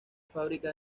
fábricas